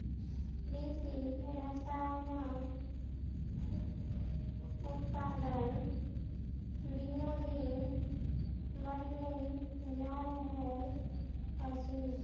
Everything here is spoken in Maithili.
कृषि रसायनक उत्पादन दिनोदिन बढ़ले जा रहल अछि